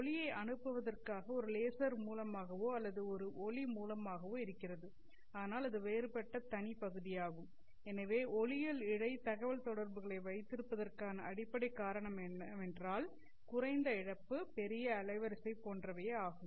ஒளியை அனுப்புவதற்காக ஒரு லேசர் மூலமாகவோ அல்லது ஒரு ஒளி மூலமாகவோ இருக்கிறது ஆனால் அது ஒரு வேறுபட்ட தனி பகுதியாகும் எனவே ஒளியியல் இழை தகவல்தொடர்புகளை வைத்திருப்பதற்கான அடிப்படைக் காரணம் என்னவென்றால் குறைந்த இழப்பு பெரிய அலைவரிசை போன்றவையேஆகும்